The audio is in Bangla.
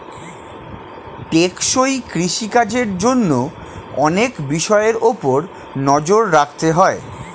টেকসই কৃষি কাজের জন্য অনেক বিষয়ের উপর নজর রাখতে হয়